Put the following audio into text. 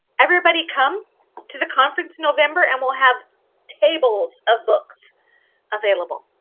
everybody, come to the conference november and we'll have tables of books available.